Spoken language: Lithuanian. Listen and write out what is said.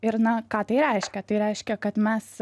ir na ką tai reiškia tai reiškia kad mes